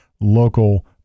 local